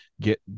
get